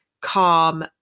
calm